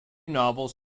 novels